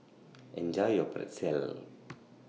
Enjoy your Pretzel